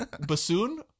Bassoon